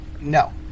No